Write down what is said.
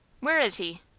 where is he?